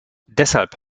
deshalb